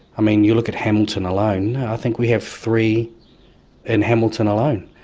i mean, you look at hamilton alone, i think we have three in hamilton alone.